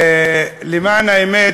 למען האמת,